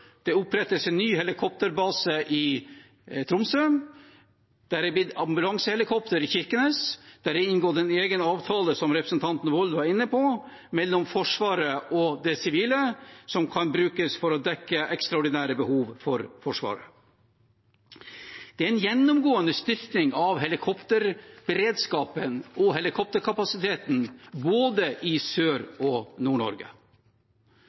det opprettes en ny helikopterbase i Tromsø, det er blitt ambulansehelikopter i Kirkenes, og det er inngått en egen avtale mellom Forsvaret og det sivile, som representanten Wold var inne på, som kan brukes til å dekke ekstraordinære behov for Forsvaret. Det er en gjennomgående styrking av helikopterberedskapen og helikopterkapasiteten i både Sør-